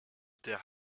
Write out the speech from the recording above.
der